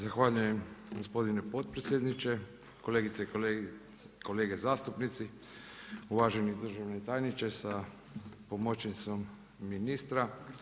Zahvaljujem gospodine potpredsjedniče, kolegice i kolege zastupnici, uvaženi državni tajniče sa pomoćnicom ministra.